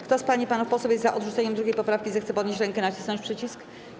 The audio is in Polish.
Kto z pań i panów posłów jest za odrzuceniem 2. poprawki, zechce podnieść rękę i nacisnąć przycisk.